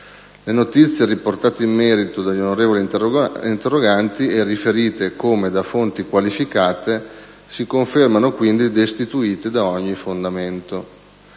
Le notizie riportate in merito dagli onorevoli interroganti e riferite come da fonti qualificate si confermano quindi destituite da ogni fondamento.